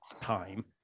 time